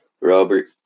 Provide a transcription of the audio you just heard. Robert